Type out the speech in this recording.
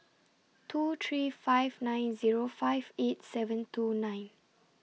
two three five nine Zero five eight seven two nine